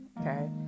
okay